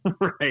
Right